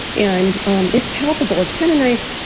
and um it's palpable. it's kind of nice.